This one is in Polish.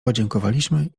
podziękowaliśmy